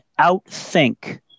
outthink